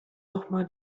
nochmal